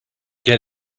get